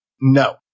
No